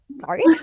sorry